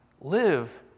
Live